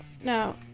no